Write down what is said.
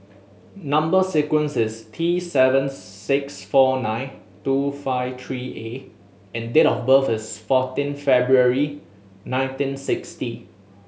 number sequence is T seven six four nine two five three A and date of birth is fourteen February nineteen sixty